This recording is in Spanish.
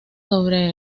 sobre